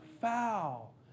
foul